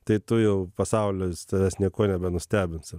tai tu jau pasaulis tavęs niekuo nebenustebins